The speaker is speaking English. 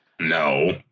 No